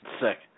Sick